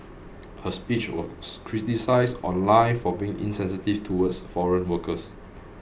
her speech was criticised online for being insensitive towards foreign workers